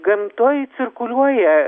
gamtoj cirkuliuoja